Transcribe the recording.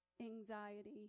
anxiety